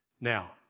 Now